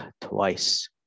twice